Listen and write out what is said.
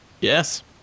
Yes